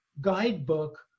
guidebook